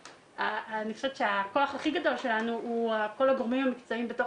אני חושבת שהכוח הכי גדול שלנו הוא כל הגורמים המקצועיים בתוך